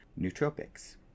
nootropics